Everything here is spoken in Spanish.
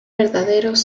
verdaderos